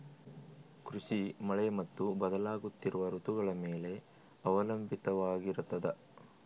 ಕೃಷಿ ಮಳೆ ಮತ್ತು ಬದಲಾಗುತ್ತಿರುವ ಋತುಗಳ ಮೇಲೆ ಅವಲಂಬಿತವಾಗಿರತದ